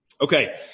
Okay